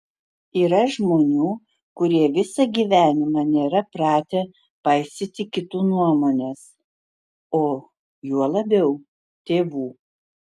yra žmonių kurie visą gyvenimą nėra pratę paisyti kitų nuomonės o juo labiau tėvų